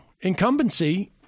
Incumbency